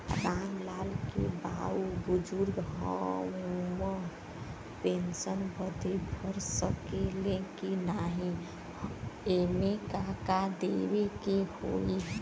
राम लाल के बाऊ बुजुर्ग ह ऊ पेंशन बदे भर सके ले की नाही एमे का का देवे के होई?